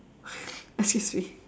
excuse me